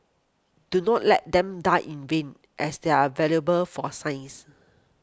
do not let them die in vain as they are valuable for science